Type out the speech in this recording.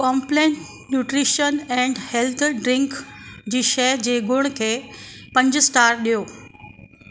complain nutrition and health drink जी शइ जे गुण खे पंज स्टार ॾियो